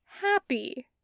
happy